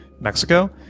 Mexico